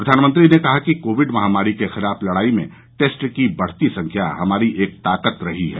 प्रधानमंत्री ने कहा कोविड महामारी के खिलाफ लड़ाई में टेस्ट की बढ़ती संख्या हमारी एक ताकत रही है